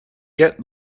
get